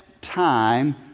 time